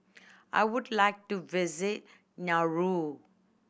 I would like to visit Nauru